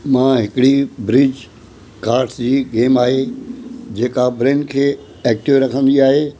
मां हिकिड़ी bridge cards जी गेम आहे जेका ब्रेन खे एक्टीव रखंदी आहे